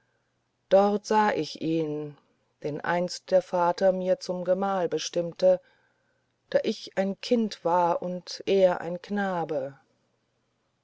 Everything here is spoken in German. dort sah ich ihn den einst der vater mir zum gemahl bestimmte da ich ein kind war und er ein knabe